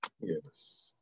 Yes